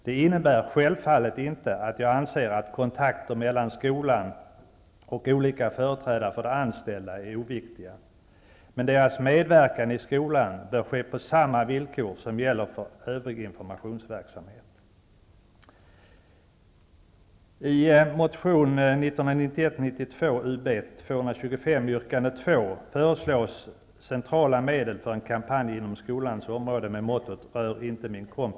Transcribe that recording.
Det innebär självfallet inte att jag anser att kontakter mellan skolan och olika företrädare för de anställda är oviktiga. Men deras medverkan i skolan bör ske på samma villkor som gäller för övrig informationsverksamhet.